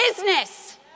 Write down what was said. business